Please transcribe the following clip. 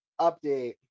update